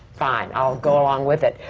fine, i'll go along with it.